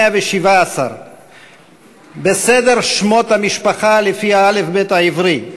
117. בסדר שמות המשפחה לפי האל"ף-בי"ת העברי: